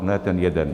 Ne ten jeden.